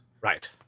Right